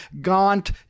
gaunt